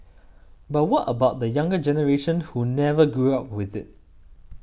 but what about the younger generation who never grew up with it